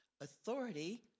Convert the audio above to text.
authority